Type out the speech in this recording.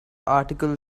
article